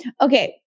Okay